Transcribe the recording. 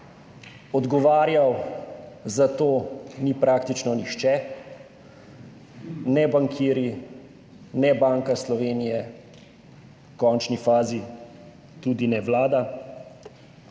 Odgovarjal za to ni praktično nihče, ne bankirji ne Banka Slovenije, v končni fazi tudi ne Vlada.